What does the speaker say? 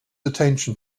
attention